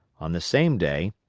on the same day,